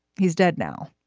he's dead now.